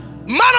Man